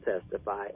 testify